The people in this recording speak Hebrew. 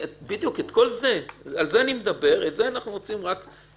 על זה אני מדבר, את זה אנחנו רוצים לראות.